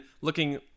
looking